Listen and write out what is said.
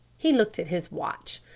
he looked at his watch.